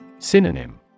Synonym